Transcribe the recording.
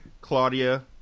Claudia